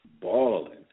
balling